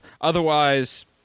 Otherwise